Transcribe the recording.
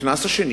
השני